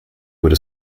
were